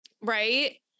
right